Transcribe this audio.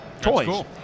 toys